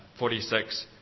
46